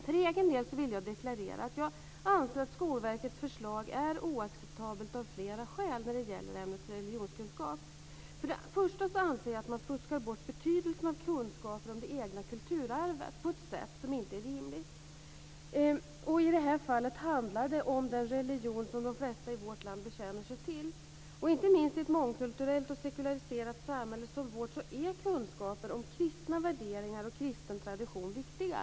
För egen del vill jag deklarera att jag anser att Skolverkets förslag när det gäller ämnet religionskunskap är oacceptabelt av flera skäl. Först och främst anser jag att man fuskar bort betydelsen av kunskaper om det egna kulturarvet på ett sätt som inte är rimligt. I det här fallet handlar det om den religion som de flesta i vårt land bekänner sig till. Inte minst i ett mångkulturellt och sekulariserat samhälle som vårt är kunskaper om kristna värderingar och kristen tradition viktiga.